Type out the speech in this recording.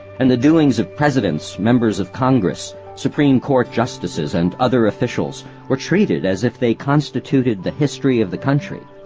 and the doings of presidents, members of congress, supreme court justices, and other officials were treated as if they constituted the history of the country.